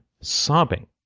sobbing